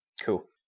Cool